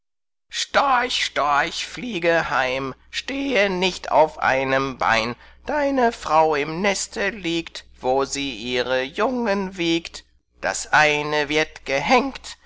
storch storch fliege heim stehe nicht auf einem bein deine frau im neste liegt wo sie ihre jungen wiegt das eine wird gehängt